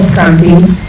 campaigns